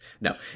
no